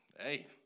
hey